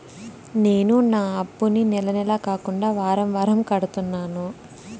నేను నా అప్పుని నెల నెల కాకుండా వారం వారం కడుతున్నాను